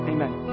Amen